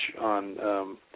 on